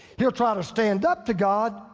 he'll try to stand up to god,